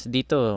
Dito